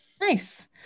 Nice